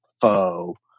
faux